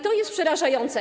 To jest przerażające.